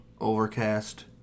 Overcast